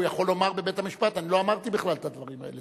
הוא יכול לומר בבית-המשפט: אני לא אמרתי בכלל את הדברים האלה,